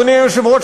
אדוני היושב-ראש,